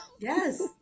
yes